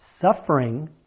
Suffering